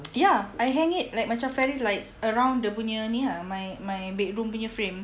ya I hang it like macam fairy lights around dia punya ni ah my my bedroom punya frame